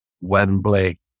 Wembley